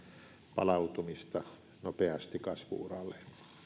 palautumista nopeasti kasvu uralle